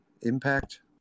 impact